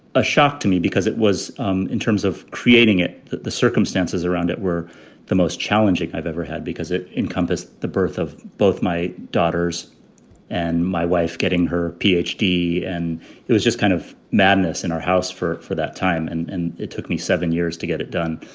a shock to me because it was um in terms of creating it that the circumstances around it were the most challenging i've ever had because it encompassed the birth of both my daughters and my wife getting her p hd. and it was just kind of madness in our house for for that time. and and it took me seven years to get it done.